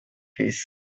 trees